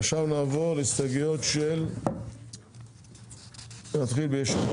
עכשיו נעבור להסתייגויות של ישראל ביתנו.